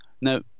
now